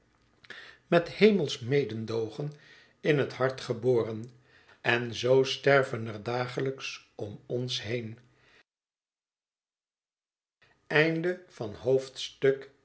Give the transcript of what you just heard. met hemelsch mededoogen in het hart geboren en zoo sterven er dagelijks om ons heen